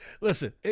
listen